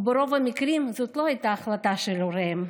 ברוב המקרים, זאת לא הייתה החלטה של הוריהם.